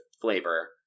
flavor